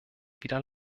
wieder